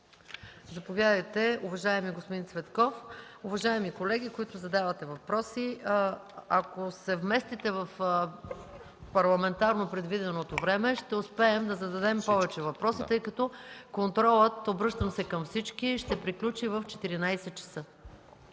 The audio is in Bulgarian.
булевард „Цариградско шосе”.. Уважаеми колеги, които задавате въпроси, ако се вместите в парламентарно предвиденото време, ще успеем да зададем повече въпроси, тъй като контролът, обръщам се към всички, ще завърши в 14,00 ч.